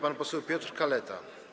Pan poseł Piotr Kaleta.